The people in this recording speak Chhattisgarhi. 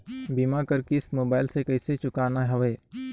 बीमा कर किस्त मोबाइल से कइसे चुकाना हवे